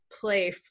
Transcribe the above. play